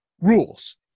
rules